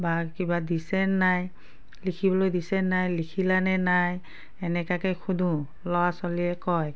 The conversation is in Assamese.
বা কিবা দিছে নাই লিখিবলৈ দিছে নাই লিখিলানে নাই এনেকুৱাকে সোধোঁ ল'ৰা ছোৱালীয়ে কয়